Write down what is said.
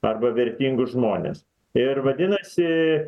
arba vertingus žmones ir vadinasi